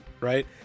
right